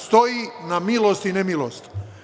Stoji na milost i nemilost.